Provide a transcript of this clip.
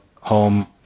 home